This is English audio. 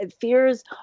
fears